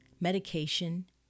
medication